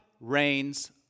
reigns